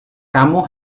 kamu